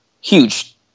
Huge